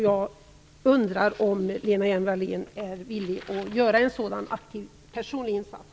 Jag undrar om Lena Hjelm Wallén är villig att göra en sådan aktiv personlig insats.